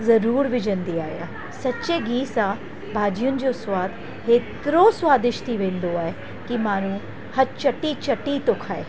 ज़रूरु विझंदी आहियां सचे गीहु सां भाॼियुनि जो सवादु एतिरो स्वादिष्ट थी वेंदो आहे की माण्हू हथ चटी चटी थो खाए